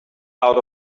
out